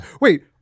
Wait